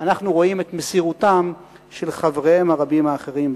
אנחנו רואים את מסירותם של חבריהם הרבים האחרים.